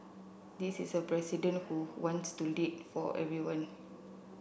this is a president who who wants to lead for everybody